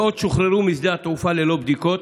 מאות שוחררו משדה התעופה ללא בדיקות.